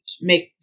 make